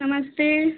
नमस्ते